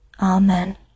Amen